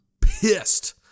pissed